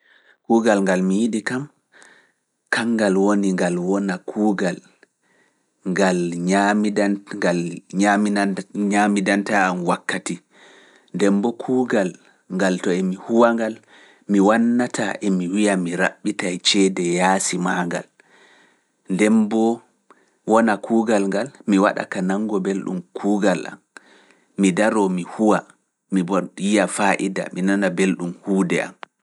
Kuugal ngal mi yiɗi kam, kangal woni ngal wona kuugal ngal ñaamidanta am wakkati, nden mbo kuugal ngal to emi huwa ngal, mi wannataa emi wiya mi raɓɓitay ceede yaasi maa ngal, nden mbo wona kuugal ngal mi waɗa ka nanngo belɗum kuugal am, mi daroo mi huwa, mi yiya faa'ida, mi nana belɗum huwude am.